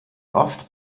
oft